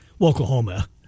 Oklahoma